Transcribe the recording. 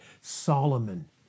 Solomon